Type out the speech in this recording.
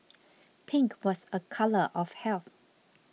pink was a colour of health